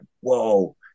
whoa